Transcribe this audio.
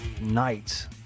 night